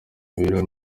imibereho